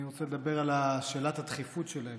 אני רוצה לדבר על שאלת הדחיפות שלהם,